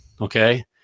okay